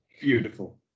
Beautiful